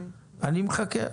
אני מחכה.